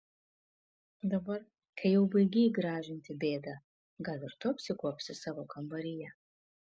dabar kai jau baigei gražinti bėdą gal ir tu apsikuopsi savo kambaryje